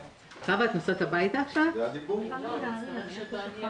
למה אני לא יכולה לעשות שברירת המחדל היא שזה לא ייחשב